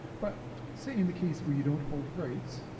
but say in the case where you don't hold rights